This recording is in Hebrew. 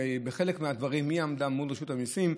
בחלק מהדברים היא עמדה מול רשות המיסים,